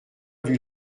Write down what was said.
point